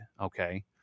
okay